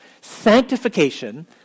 Sanctification